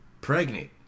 pregnant